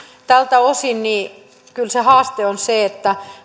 tältä osin kyllä se haaste on se